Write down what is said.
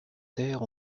terre